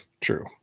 True